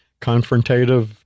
confrontative